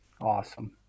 awesome